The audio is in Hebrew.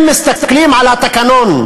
אם מסתכלים על התקנון,